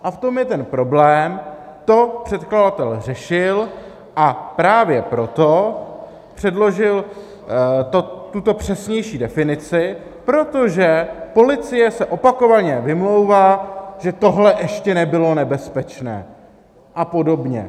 A v tom je ten problém, to předkladatel řešil, a právě proto předložil tuto přesnější definici, protože policie se opakovaně vymlouvá, že tohle ještě nebylo nebezpečné, a podobně.